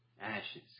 ashes